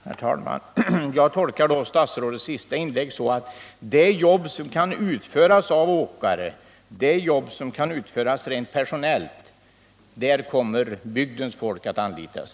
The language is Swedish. Herr talman! Jag tolkar statsrådets senaste inlägg så att för de jobb som kan utföras av åkare kommer bygdens folk att anlitas.